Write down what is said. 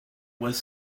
was